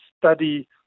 study